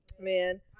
Man